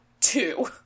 Two